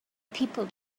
people